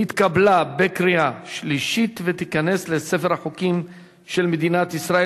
נתקבלה בקריאה שלישית ותיכנס לספר החוקים של מדינת ישראל.